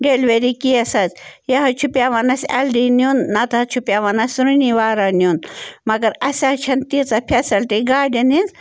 delivery case حظ یہِ حظ چھِ پٮ۪وان اَسہِ اٮ۪ل ڈی نیُن نَتہٕ حظ چھِ پٮ۪وان اَسہِ رُنیٖوارا نیُن مگر اَسہِ حظ چھَنہٕ تیٖژاہ فٮ۪سلٹی گاڑٮ۪ن ہِنٛز